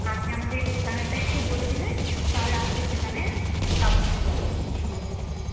আপনি আমাদের ঠিকানাটা একটু বলে দিলে তাহলে আমাদের সেখানে চা পৌঁছে যাবে আপনার সময় মতো